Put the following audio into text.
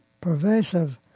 pervasive